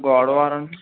గోడ వారను